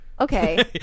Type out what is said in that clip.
Okay